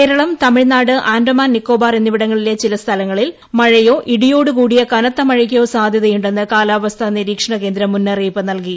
കേരളം തമിഴ്നാട് ആൻഡമാൻ നിക്കോബാർ എന്നിവിടങ്ങളിലെ ചിലസ്ഥലങ്ങളിൽ മഴയോ ഇടിയോട് കൂടിയ മഴയ്ക്കോ സാധ്യതയുണ്ടെന്ന് കാലാവസ്ഥ നിരീക്ഷണ കേന്ദ്രം മുന്നറിയിപ്പ് നൽകി